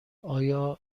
آیا